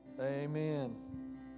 Amen